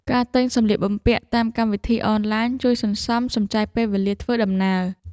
ការទិញសម្លៀកបំពាក់តាមកម្មវិធីអនឡាញ ជួយសន្សំសំចៃពេលវេលាធ្វើដំណើរ។